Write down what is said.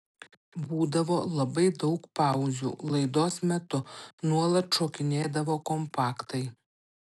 būdavo labai daug pauzių laidos metu nuolat šokinėdavo kompaktai